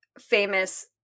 famous